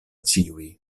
ĉiuj